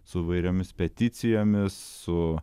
su įvairiomis peticijomis su